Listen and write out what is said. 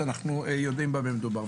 ואנחנו יודעים במי מדובר.